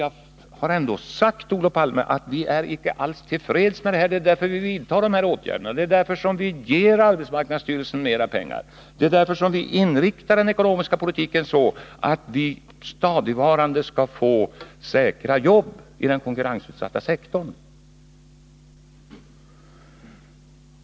Jag har ändå sagt, Olof Palme, att vi icke alls är till freds med förhållandena. Det är därför vi vidtar åtgärder. Det är därför vi ger arbetsmarknadsstyrelsen mer pengar. Det är därför vi inriktar den ekonomiska politikex: så, att vi stadigvarande skall få säkra jobb i den konkurrensutsatta sektorn.